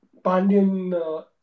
Pandian